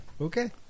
Okay